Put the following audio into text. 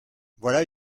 voilà